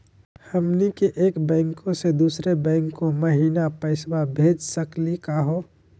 हमनी के एक बैंको स दुसरो बैंको महिना पैसवा भेज सकली का हो?